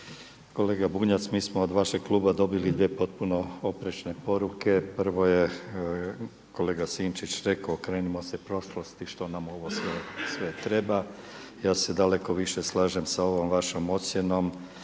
Kolega Bunjac, mi smo od vašeg kluba dobili dvije potpuno oprečne poruke. Prvo je kolega Sinčić rekao okrenimo se prošlosti što nam ovo sve treba. Ja se daleko više slažem sa ovom vašom ocjenom